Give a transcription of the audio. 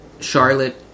Charlotte